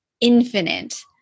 Infinite